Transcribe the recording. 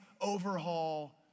overhaul